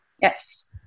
Yes